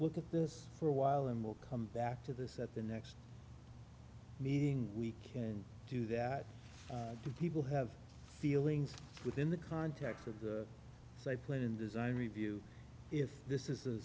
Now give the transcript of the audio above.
look at this for a while and we'll come back to this at the next meeting we can do that people have feelings within the context of the say played in design review if this is a